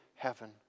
heaven